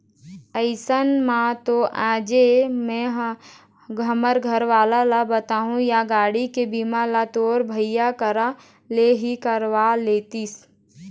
अइसन म तो आजे मेंहा हमर घरवाला ल बताहूँ या गाड़ी के बीमा ल तोर भाई करा ले ही करवा लेतिस